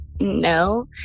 no